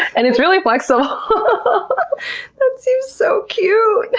and it's really flexible. that seems so cute!